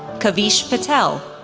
kavish patel,